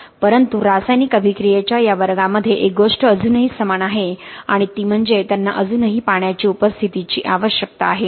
परंतु रासायनिक अभिक्रिये च्या या वर्गांमध्ये एक गोष्ट अजूनही समान आहे आणि ती म्हणजे त्यांना अजूनही पाण्याची उपस्थिती ची आवश्यकता आहे